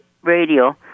radio